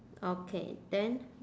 okay then